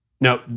Now